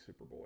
Superboy